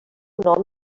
nom